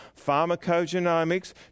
pharmacogenomics